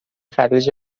خلیج